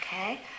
Okay